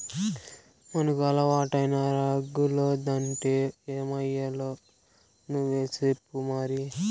మనకు అలవాటైన రాగులొద్దంటే ఏమయ్యాలో నువ్వే సెప్పు మరి